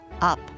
up